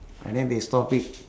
and then they stopped it